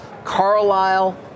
Carlisle